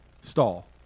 stall